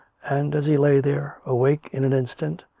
and, as he lay there, awake in an instant,